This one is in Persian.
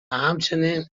همچنین